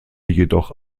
jedoch